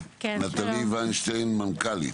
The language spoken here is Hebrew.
נטלי ויינשטיין, מנכ"לית.